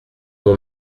mon